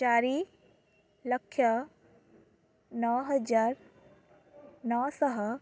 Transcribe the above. ଚାରି ଲକ୍ଷ ନଅ ହଜାର ନଅ ଶହ